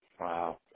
Wow